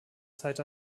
zeit